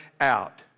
out